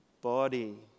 body